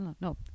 no